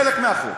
חלק מהחוק.